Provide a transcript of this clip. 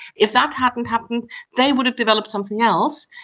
if that hadn't happened they would have developed something else.